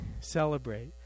celebrate